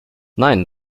nein